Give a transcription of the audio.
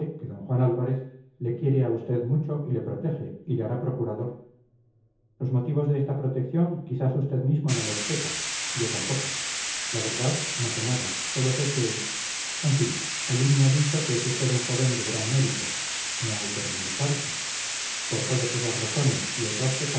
que d juan álvarez le quiere a usted mucho y le protege y le hará procurador los motivos de esta protección quizás usted mismo no los sepa yo tampoco la verdad no sé nada sólo sé que en fin aline me ha dicho que es usted un joven de gran mérito no hay que ruborizarse por todas esas razones y otras que